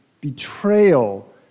betrayal